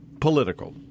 political